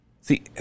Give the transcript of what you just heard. See